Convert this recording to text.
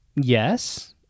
yes